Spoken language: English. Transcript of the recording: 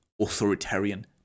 Authoritarian